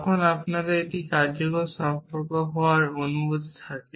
তখন আমাদের একটি কার্যকারণ সম্পর্ক হওয়ার অনুভূতি থাকে